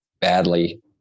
badly